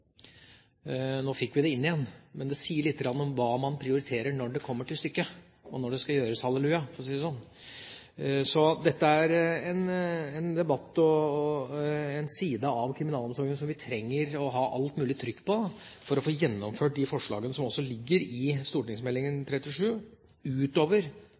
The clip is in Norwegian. Nå fikk vi det inn igjen, men det sier litt om hva man prioriterer når det kommer til stykket – og når det skal gjøres halleluja, for å si det sånn. Så dette er en debatt og en side av kriminalomsorgen som vi trenger å ha størst mulig trykk på for å få gjennomført de forslagene som ligger i St.meld. nr. 37 – utover